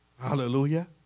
Hallelujah